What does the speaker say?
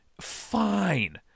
Fine